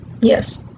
Yes